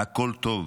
הכול טוב,